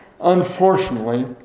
Unfortunately